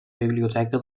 biblioteca